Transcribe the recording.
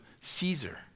Caesar